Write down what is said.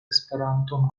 esperanton